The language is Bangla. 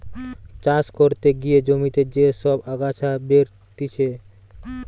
চাষ করতে গিয়ে জমিতে যে সব আগাছা বেরতিছে